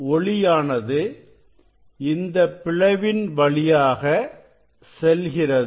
ஒளியானது இந்த பிளவின் வழியாக செல்கிறது